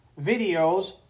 videos